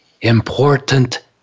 important